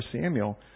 Samuel